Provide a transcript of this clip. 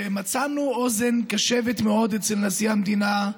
ומצאנו אוזן קשבת מאוד אצל נשיא המדינה.